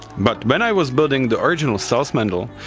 but when i was building the original sells mendel,